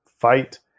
fight